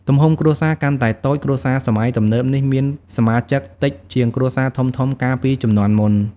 ទំហំគ្រួសារកាន់តែតូចគ្រួសារសម័យទំនើបនេះមានសមាជិកតិចជាងគ្រួសារធំៗកាលពីជំនាន់មុន ។